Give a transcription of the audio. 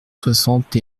soixante